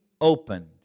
opened